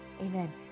Amen